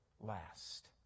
last